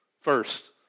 first